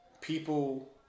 people